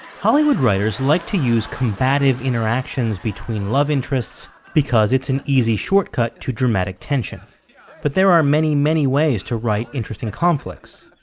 hollywood writers like to use combative interactions between love interests because it's an easy shortcut to dramatic tension but there are many many ways to write interesting conflicts.